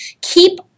keep